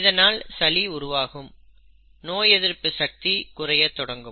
இதனால் சளி உருவாகி நோய் எதிர்ப்பு சக்தி குறையத் தொடங்கும்